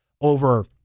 over